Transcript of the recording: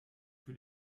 für